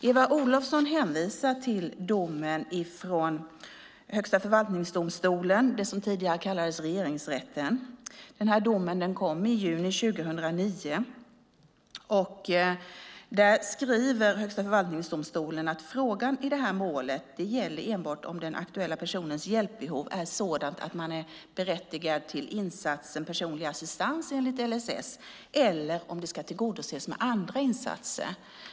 Eva Olofsson hänvisar till domen från Högsta förvaltningsdomstolen, det som tidigare kallades Regeringsrätten. Denna dom kom i juni 2009, och där skriver Högsta förvaltningsdomstolen att frågan i målet enbart gäller huruvida den aktuella personens hjälpbehov är sådant att personen är berättigad till insatsen personlig assistans enligt LSS eller om det ska tillgodoses med andra insatser.